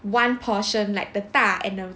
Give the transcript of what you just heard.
one portion like the 大 and the